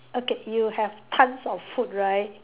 okay you have tons of food right